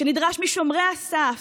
שנדרש משומרי הסף,